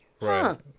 Right